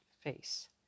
face